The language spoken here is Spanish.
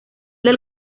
del